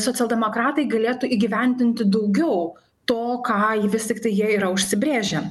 socialdemokratai galėtų įgyvendinti daugiau to ką jie vis tiktai jie yra užsibrėžę